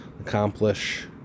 accomplish